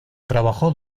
trabajó